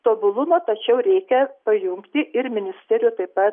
tobulumo tačiau reikia pajungti ir ministerijų taip pat